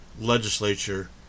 legislature